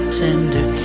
tender